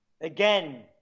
Again